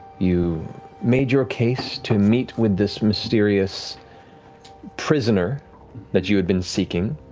you made your case to meet with this mysterious prisoner that you had been seeking